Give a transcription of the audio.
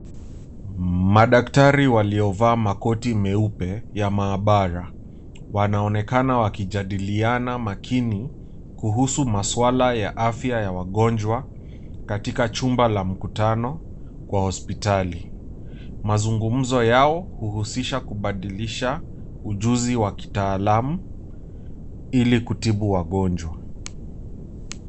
Madaktari waliovaa makoti meupe ya maabara wanaonekana wakijadiliana makini kuhusu maswala ya afya ya wagonjwa katika chumba la mkutano kwa hospitali. Mazungumzo yao huhusisha kubadilisha ujuzi wa kitaalamu ili kutibu wagonjwa.